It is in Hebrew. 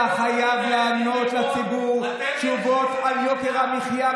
אתה חייב לתת לציבור תשובות על יוקר המחיה,